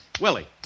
Willie